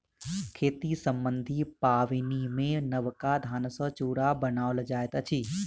खेती सम्बन्धी पाबनिमे नबका धान सॅ चूड़ा बनाओल जाइत अछि